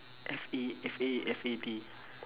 F A F A F A D